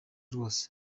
rwose